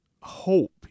hope